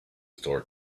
store